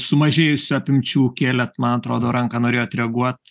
sumažėjusių apimčių kėlėt man atrodo ranką norėjot reaguot